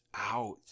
out